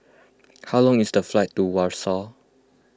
how long is the flight to Warsaw